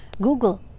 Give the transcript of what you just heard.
Google